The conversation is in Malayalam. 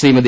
ശ്രീമതി